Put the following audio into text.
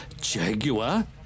Jaguar